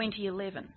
2011